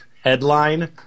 headline